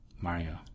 Mario